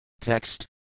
Text